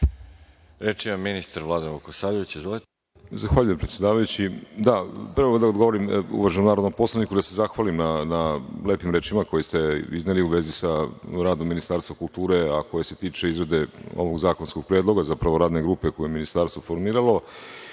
Izvolite. **Vladan Vukosavljević** Zahvaljujem, predsedavajući. Prvo da odgovorim uvaženom narodnom poslanika, da se zahvalim na lepim rečima koje ste izneli u vezi sa radom Ministarstva kulture, a koje se tiče izvedbe ovog zakonskog predloga, zapravo radne grupe koju je Ministarstvo formiralo. Eto,